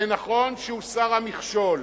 זה נכון שהוסר המכשול,